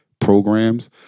programs